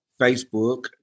Facebook